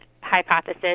hypothesis